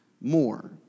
more